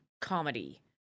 comedy